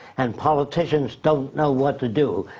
and politicians don't know what to do.